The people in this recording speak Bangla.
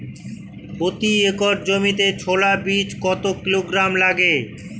প্রতি একর জমিতে ছোলা বীজ কত কিলোগ্রাম লাগে?